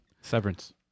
Severance